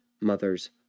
mothers